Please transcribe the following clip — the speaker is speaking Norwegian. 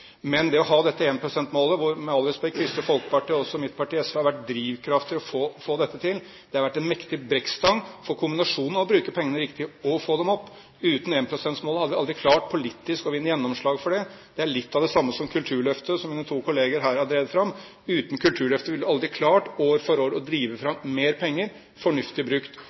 Men det å ha dette 1 pst.-målet, som Kristelig Folkeparti og også mitt parti, SV, med respekt å melde har vært en drivkraft for å få til, har vært en mektig brekkstang. For kombinasjonen av å bruke pengene riktig og å få dem opp, hadde vi uten 1 pst.-målet aldri klart å vinne gjennomslag for politisk. Det er litt av det samme med Kulturløftet, som mine to kolleger her har drevet fram. Uten Kulturløftet ville vi aldri ha klart år for år å drive fram mer penger fornuftig brukt